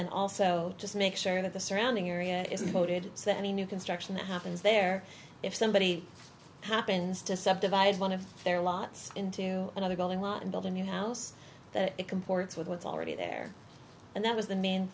then also just make sure that the surrounding area isn't any new construction that happens there if somebody happens deceptive as one of their lots into another building lot and build a new house it comports with what's already there and that was the main